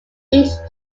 each